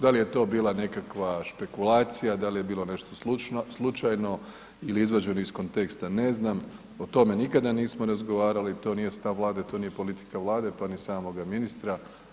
Da li je to bila nekakva špekulacija, da li je bilo nešto slučajno ili izvađeno iz konteksta, ne znam, o tome nikada nismo razgovarali, to nije stav Vlade, to nije politika Vlade pa ni samoga ministra.